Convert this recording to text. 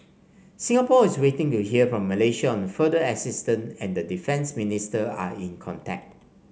Singapore is waiting to hear from Malaysia on further assistance and the defence minister are in contact